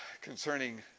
concerning